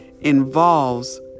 involves